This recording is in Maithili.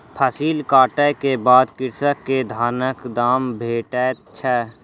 फसिल कटै के बाद कृषक के धानक दाम भेटैत छै